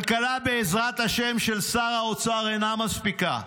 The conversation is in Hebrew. כלכלת בעזרת השם של שר האוצר אינה מספיקה.